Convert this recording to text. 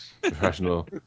Professional